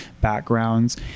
backgrounds